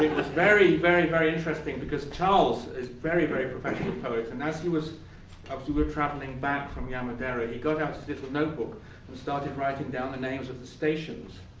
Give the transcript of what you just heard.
was very, very, very interesting because charles is a very, very professional poet. and as he was we were traveling back from yamadera, he got out his little notebook and started writing down the names of the stations.